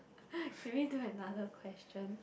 can we do another question